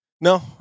No